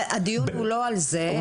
הדיון לא על זה.